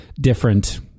different